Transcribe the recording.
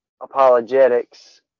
apologetics